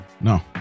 No